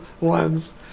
ones